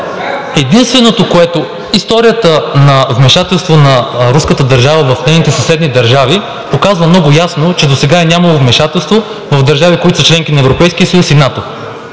единственото, което историята на вмешателство на руската държава в нейните съседни държави показва много ясно, е, че досега е нямало вмешателство в държави, които са членки на Европейския съюз и НАТО.